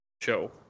show